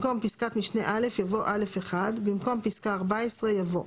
במקום פסקת משנה (א) יבוא: "(א1) במקום פסקה (14) יבוא: